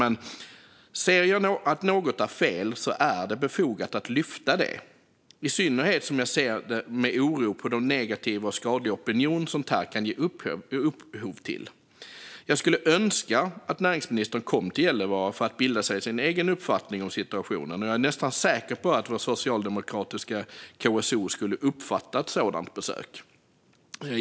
Men ser jag att något är fel är det befogat att lyfta det, i synnerhet som jag ser med oro på den negativa och skadliga opinion som sådant här kan ge upphov till. Jag skulle önska att näringsministern kom till Gällivare för att bilda sig en egen uppfattning om situationen. Jag är nästan säker på att vår socialdemokratiska KSO skulle uppskatta ett sådant besök.